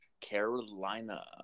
Carolina